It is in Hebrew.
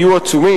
יהיו עצומים.